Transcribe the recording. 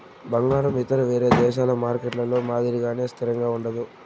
బంగారం ఇతర వేరే దేశాల మార్కెట్లలో మాదిరిగానే స్థిరంగా ఉండదు